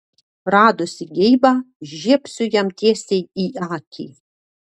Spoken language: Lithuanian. radusi geibą žiebsiu jam tiesiai į akį